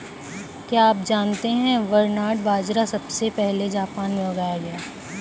क्या आप जानते है बरनार्ड बाजरा सबसे पहले जापान में उगाया गया